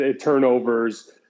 turnovers